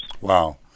Wow